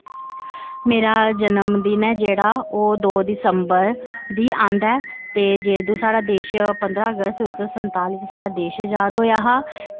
मेरा जन्मदिन ऐ जेह्ड़ा ओह् दौ दिसंबर गी आंदा ऐ ते साढ़ा देश पंदरां अगस्त उन्नी सौ संताली गी साढ़ा देश अजाद होआ हा